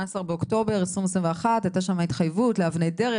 באוקטובר 2021. הייתה שם התחייבות לאבני דרך.